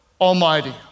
Almighty